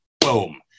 boom